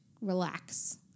relax